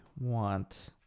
want